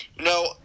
no